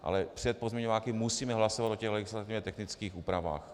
Ale před pozměňováky musíme hlasovat o legislativně technických úpravách.